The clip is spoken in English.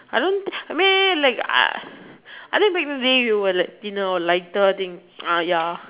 I don't I mean like uh I think back in the days you were thinner or lighter I think uh ya